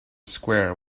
square